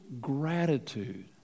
gratitude